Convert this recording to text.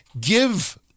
Give